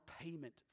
payment